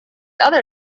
other